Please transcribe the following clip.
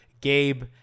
Gabe